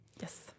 Yes